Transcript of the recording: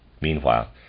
Meanwhile